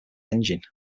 engine